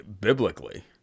biblically